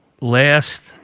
last